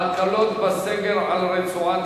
הצעות לסדר-היום בנושא: ההקלות בסגר על רצועת-עזה,